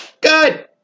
Good